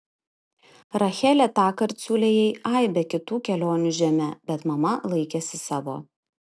rachelė tąkart siūlė jai aibę kitų kelionių žeme bet mama laikėsi savo